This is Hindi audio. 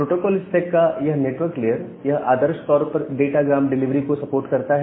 प्रोटोकोल स्टैक का यह नेटवर्क लेयर यह आदर्श तौर पर डाटा ग्राम डिलीवरी को सपोर्ट करता है